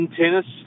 tennis